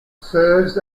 serves